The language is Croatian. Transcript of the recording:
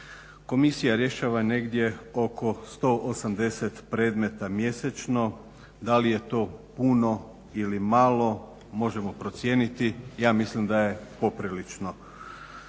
Komisija rješava negdje oko 180 predmeta mjesečno, da li je to puno ili malo možemo procijeniti, ja mislim da je poprilično.